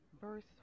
Verse